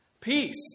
Peace